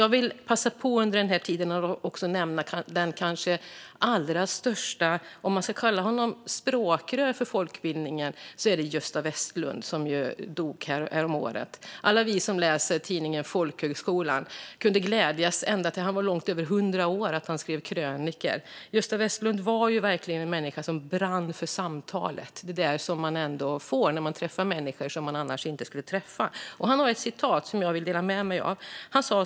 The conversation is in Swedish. Jag vill också passa på att nämna den kanske allra störste: Om någon ska kallas språkrör för folkbildningen är det Gösta Vestlund som ju dog häromåret. Alla vi som läser tidningen Folkhögskolan kunde glädjas ända tills han var långt över 100 år över att han skrev krönikor. Gösta Vestlund var en människa som brann för samtalet man får när man träffar människor som man annars inte skulle träffa. Jag vill dela med mig av ett citat.